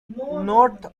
north